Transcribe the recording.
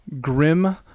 Grim